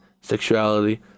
sexuality